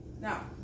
now